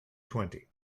twenty